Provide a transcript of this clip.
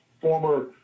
former